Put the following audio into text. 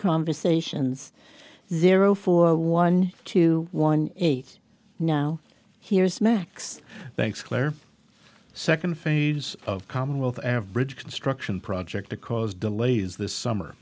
conversations zero four one two one eight no here is max thanks claire a second phase of commonwealth average construction project to cause delays this summer